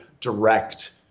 direct